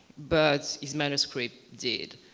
but his manuscript did.